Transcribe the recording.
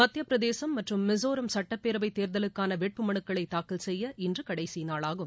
மத்தியப்பிரதேசம் மற்றும் மிசோராம் சட்டப்பேரவைத் தேர்தலுக்கான வேட்புமனுக்களை பெற இன்று கடைசிநாளாகும்